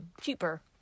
cheaper